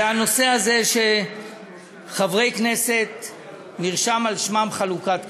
הנושא הזה של חלוקת כסף שנרשם על שם חברי כנסת.